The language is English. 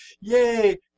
Yay